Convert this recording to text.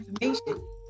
information